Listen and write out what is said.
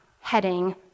heading